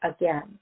again